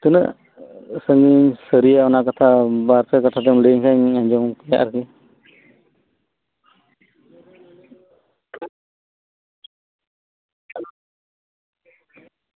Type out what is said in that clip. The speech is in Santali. ᱥᱟᱺᱜᱤᱧ ᱥᱟᱨᱤᱭᱟ ᱚᱱᱟ ᱠᱟᱛᱷᱟ ᱵᱟᱨᱯᱮ ᱠᱟᱛᱷᱟ ᱛᱮᱢ ᱞᱟᱹᱭᱤᱧ ᱠᱷᱟᱱᱤᱧ ᱟᱸᱡᱚᱢ ᱠᱮᱭᱟ ᱟᱨᱠᱤ